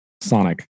Sonic